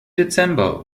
dezember